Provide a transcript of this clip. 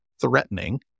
threatening